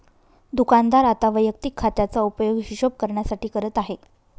दुकानदार आता वैयक्तिक खात्याचा उपयोग हिशोब करण्यासाठी करत आहे